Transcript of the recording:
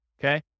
Okay